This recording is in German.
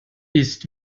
ist